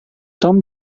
tom